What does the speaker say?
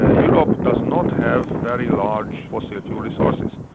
ah europe does not have very large fossil fuel resources.